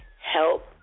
help